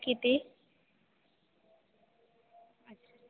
किती अच्छा